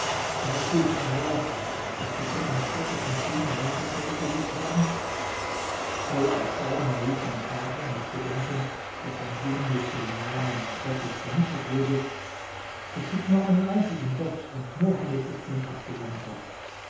weißt du zaher daß wir schon eine strecke von zehn jahren zurückgelegt haben voll erstaunen rief mein vater nicht bedenkend daß sein genius bei dem namen gottes vernichtet würde es gibt nur einen einzigen gott und mohammed ist sein abgesandter